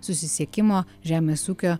susisiekimo žemės ūkio